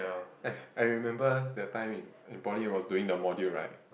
I I remember the time in in poly was doing the module right